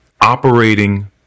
operating